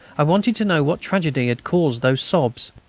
i wanted to know what tragedy had caused those sobs.